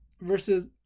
versus